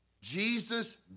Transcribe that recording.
Jesus